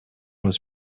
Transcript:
was